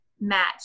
match